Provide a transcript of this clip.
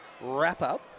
wrap-up